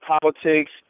politics